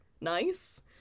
nice